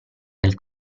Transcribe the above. del